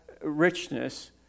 richness